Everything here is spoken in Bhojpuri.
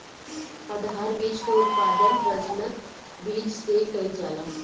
आधार बीज के उत्पादन प्रजनक बीज से कईल जाला